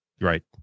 Right